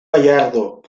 gallardo